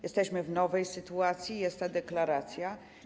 Jesteśmy w nowej sytuacji, jest ta deklaracja.